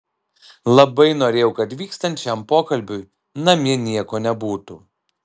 labai norėjau kad vykstant šiam pokalbiui namie nieko nebūtų